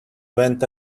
went